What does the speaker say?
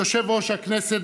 (חברי הכנסת